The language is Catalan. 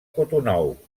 cotonou